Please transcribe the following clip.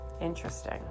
interesting